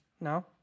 No